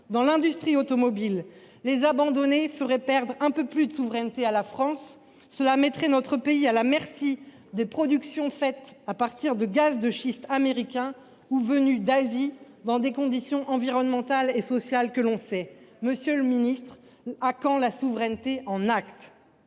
dans l’industrie automobile. L’abandonner ferait perdre un peu plus de souveraineté encore à la France. Cela mettrait notre pays à la merci de productions issues de gaz de schiste américains ou venues d’Asie, dans les conditions environnementales et sociales que l’on sait. Monsieur le ministre, à quand la souveraineté en actes ?